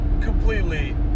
completely